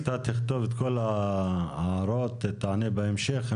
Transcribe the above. אתה תכתוב את כל ההערות, תענה בהמשך.